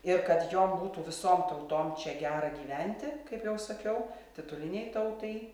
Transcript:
ir kad jom būtų visom tautom čia gera gyventi kaip jau sakiau titulinei tautai